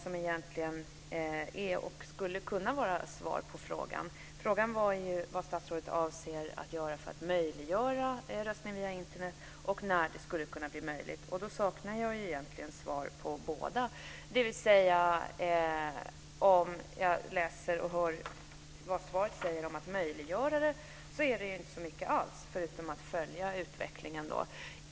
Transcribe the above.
Min fråga var vad statsrådet avser att göra för att möjliggöra röstning via Internet och när det skulle kunna bli aktuellt. Men jag saknar svar på båda frågorna. I svaret sägs det inte så mycket alls om vad statsrådet avser att göra för att möjliggöra röstning via Internet, förutom att hon ska följa utvecklingen.